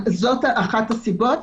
זאת אחת הסיבות,